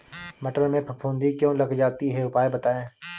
मटर में फफूंदी क्यो लग जाती है उपाय बताएं?